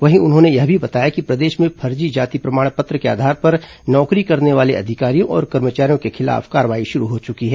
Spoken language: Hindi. वहीं उन्होंने यह भी बताया कि प्रदेश में फर्जी जाति प्रमाण पत्र के आधार पर नौकरी करने वाले अधिकारियों और कर्मचारियों के खिलाफ कार्रवाई शुरू हो चुकी है